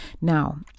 Now